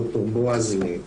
ד"ר בועז לב.